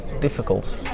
difficult